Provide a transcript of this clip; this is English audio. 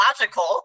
logical